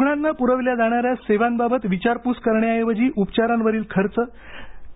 रुग्णांना प्रविल्या जाणाऱ्या सेवांबाबत विचारपूस करण्याऐवजी उपचारांवरील खर्च